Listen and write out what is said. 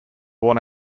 worn